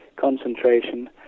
concentration